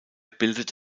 bildet